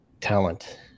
talent